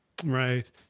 Right